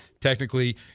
Technically